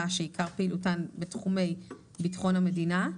שעיקר פעילותן בתחומי ביטחון המדינה,